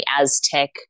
Aztec